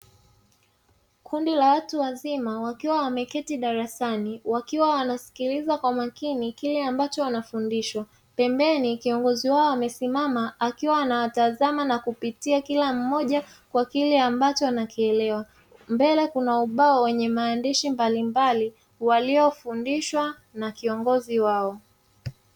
Kundi la watu wazima wakiwa wameketi darasani wakiwa wanasikiliza kwa makini kile ambacho wanafundishwa. Pembeni kiongozi wao amesimama akiwa anawatazama na kupitia kila mmoja kwa kile ambacho anakielewa. Mbele kuna ubao wenye maandishi mbalimbali waliofundishwa na kiongozi wao.